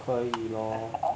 可以咯